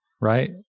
right